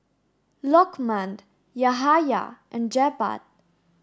Lokman Yahaya and Jebat